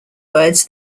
words